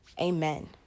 amen